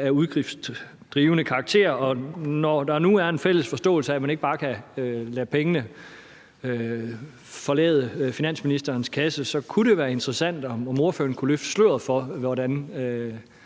af udgiftsdrivende karakter, og når der nu er en fælles forståelse af, at man ikke bare kan lade pengene forlade finansministerens kasse, så kunne det jo være interessant, om ordføreren kunne løfte sløret for, hvordan